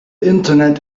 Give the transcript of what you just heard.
internet